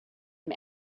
him